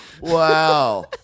Wow